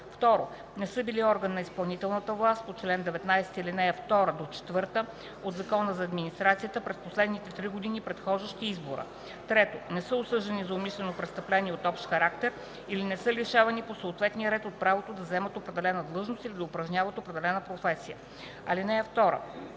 2. не са били орган на изпълнителната власт по чл. 19, ал. 2-4 от Закона за администрацията през последните три години, предхождащи избора; 3. не са осъждани за умишлено престъпление от общ характер или не са лишавани по съответния ред от правото да заемат определена длъжност или да упражняват определена професия. (2)